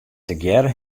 tegearre